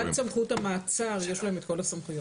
מלבד סמכות המעצר יש להם את כל הסמכויות.